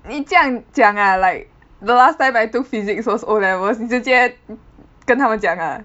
你这样讲 ah like the last time I took physics was O levels 你直接跟他们讲 ah